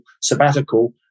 sabbatical